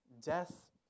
Death